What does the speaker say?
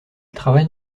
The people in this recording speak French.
travaille